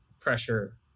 pressure